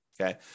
okay